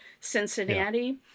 Cincinnati